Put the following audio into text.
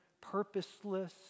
purposeless